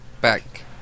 back